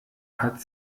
hat